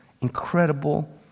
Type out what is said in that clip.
incredible